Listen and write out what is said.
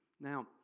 Now